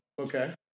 Okay